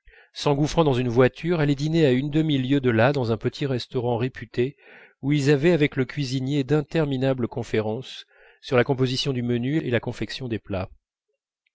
s'engouffraient dans une voiture allaient dîner à une demi-lieue de là dans un petit restaurant réputé où ils avaient avec le cuisinier d'interminables conférences sur la composition du menu et la confection des plats